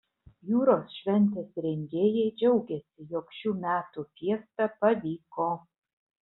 jūros šventės rengėjai džiaugiasi jog šių metų fiesta pavyko